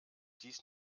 dies